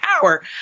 power